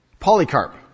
Polycarp